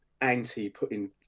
anti-putting